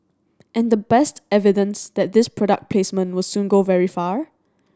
and the best evidence that this product placement will soon go very far